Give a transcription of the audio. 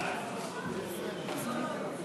הצעת סיעת ש"ס